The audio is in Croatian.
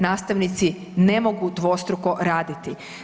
Nastavnici ne mogu dvostruko raditi.